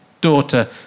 daughter